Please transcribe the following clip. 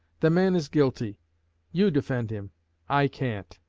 the man is guilty you defend him i can't